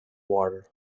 water